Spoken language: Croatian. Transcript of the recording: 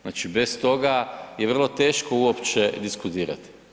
Znači, bez toga je vrlo teško uopće diskutirati.